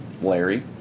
Larry